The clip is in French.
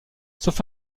sauf